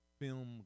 film